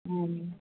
आब नहि